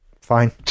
Fine